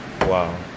Wow